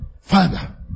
Father